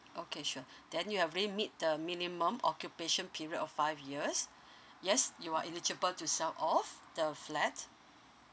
okay sure then you've already meet the minimum occupation period of five years yes you are eligible to sell off the flat